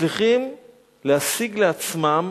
מצליחים להשיג לעצמם